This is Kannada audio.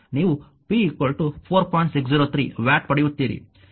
603 ವ್ಯಾಟ್ ಪಡೆಯುತ್ತೀರಿ